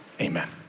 Amen